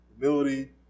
Humility